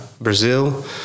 Brazil